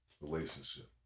relationship